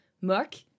Mark